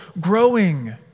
growing